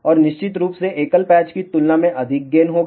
और निश्चित रूप से एकल पैच की तुलना में अधिक गेन होगा